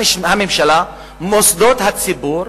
מוסדות הציבור,